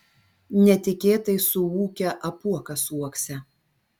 netikėtai suūkia apuokas uokse